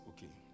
Okay